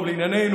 טוב, לענייננו.